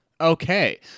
okay